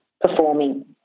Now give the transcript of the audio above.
performing